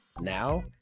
Now